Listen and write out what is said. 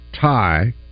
tie